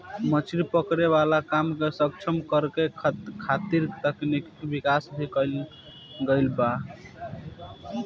मछली पकड़े वाला काम के सक्षम करे खातिर तकनिकी विकाश भी कईल गईल बा